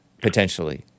potentially